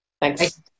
Thanks